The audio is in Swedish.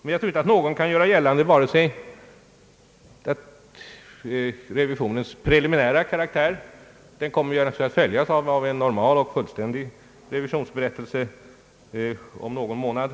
Revisionen är ännu preliminär och kommer att följas av en normal och fullständig revisionsberättelse om någon månad.